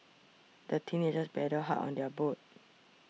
the teenagers paddled hard on their boat